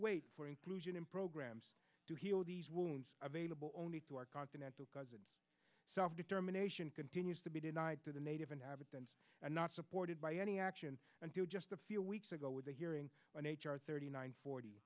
wait for inclusion in programs to heal these wounds available only to our continental cousins self determination continues to be denied to the native inhabitants and not supported by any action until just a few weeks ago with a hearing on h r thirty nine forty